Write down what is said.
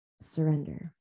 Surrender